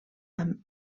amb